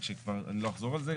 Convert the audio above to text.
שאני לא אחזור על זה.